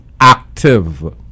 active